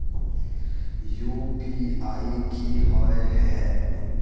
UPI की होय है?